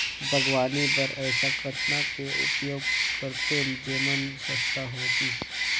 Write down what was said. बागवानी बर ऐसा कतना के उपयोग करतेन जेमन सस्ता होतीस?